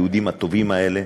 היהודים הטובים האלה,